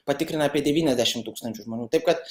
patikrina apie devyniasdešimt tūkstančių žmonių tai kad